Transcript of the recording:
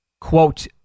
quote